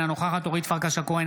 אינה נוכחת אורית פרקש הכהן,